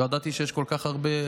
לא ידעתי שיש כל כך הרבה,